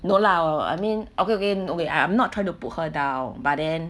no lah I mean okay okay okay I'm not trying to put her down but then